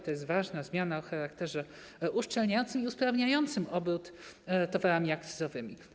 To jest ważna zmiana o charakterze uszczelniającym i usprawniającym obrót towarami akcyzowymi.